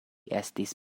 estis